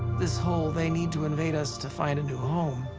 this whole they need to invade us to find a new home,